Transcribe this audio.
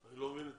אני לא מבין,